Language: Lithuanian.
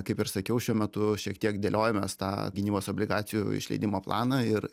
kaip ir sakiau šiuo metu šiek tiek dėliojamės tą gynybos obligacijų išleidimo planą ir